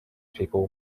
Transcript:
people